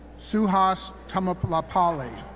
su-has ta-ma-ka-ma-pa-lee.